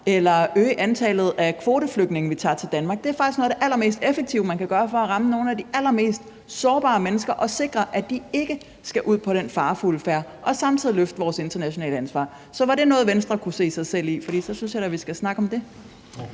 eller øge antallet af kvoteflygtninge, vi tager til Danmark? Det er faktisk noget af det allermest effektive, man kan gøre, for at ramme nogle af de allermest sårbare mennesker og sikre, at de ikke skal ud på den farefulde færd, og samtidig løfte vores internationale ansvar. Så var det noget, Venstre kunne se sig selv i, for så synes jeg da, vi skal snakke om det?